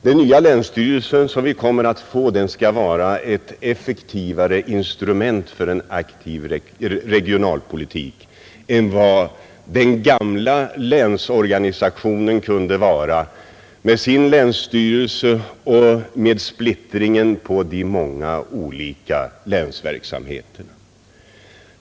Den nya länsstyrelse som vi kommer att få skall vara ett effektivare instrument för en aktiv regionalpolitik än vad den gamla länsorganisationen kunde vara, med sin länsstyrelse och med splittringen på de många olika länsverksamheterna.